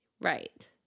Right